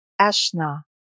Ashna